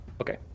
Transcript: Okay